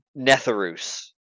Netherus